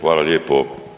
Hvala lijepo.